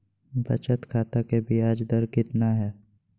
बचत खाता के बियाज दर कितना है?